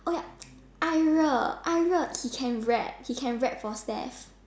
oh ya Ai-Re Ai-Re he can rap he can rap for Steph